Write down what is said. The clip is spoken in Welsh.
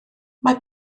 mae